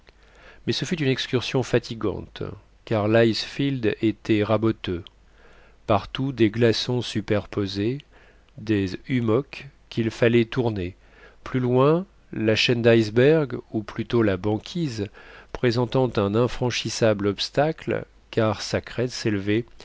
mais ce fut une excursion fatigante car l'icefield était raboteux partout des glaçons superposés des hummocks qu'il fallait tourner plus loin la chaîne d'icebergs ou plutôt la banquise présentant un infranchissable obstacle car sa crête s'élevait